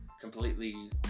completely